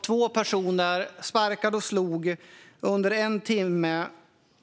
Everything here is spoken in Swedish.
Två personer sparkade och slog under en timme